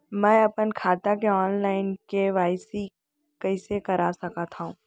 मैं अपन खाता के ऑनलाइन के.वाई.सी कइसे करा सकत हव?